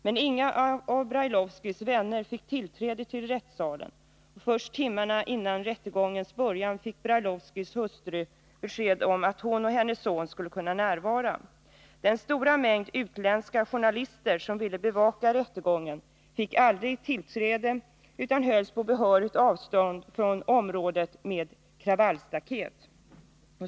Men inga av Brailovskys vänner fick tillträde till rättssalen, och först timmarna innan rättegångens början fick Brailovskys hustru besked om att hon och hennes son skulle kunna närvara. Den stora mängd utländska journalister som ville bevaka rättegången fick aldrig tillträde till rättssalen, utan hölls på behörigt avstånd från området med hjälp av kravallstaket.